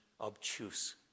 obtuse